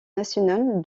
nationale